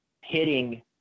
hitting